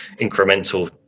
incremental